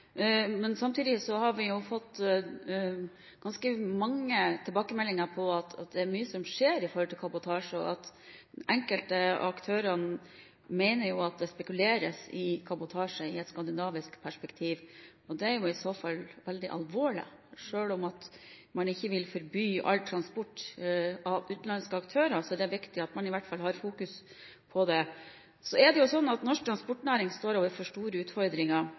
Men samtidig har vi jo fått ganske mange tilbakemeldinger om at det er mye som skjer når det gjelder kabotasje, og at enkelte av aktørene mener at det spekuleres i kabotasje i et skandinavisk perspektiv. Det er i så fall veldig alvorlig. Selv om man ikke vil forby all transport av utenlandske aktører, er det viktig at man i hvert fall har fokus på det. Norsk transportnæring står overfor store utfordringer – konkurranse fra lavkostland, sosial dumping. Det